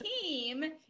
team